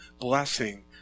blessing